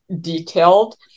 detailed